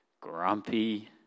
grumpy